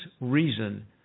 reason